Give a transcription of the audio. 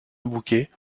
bouquet